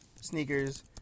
sneakers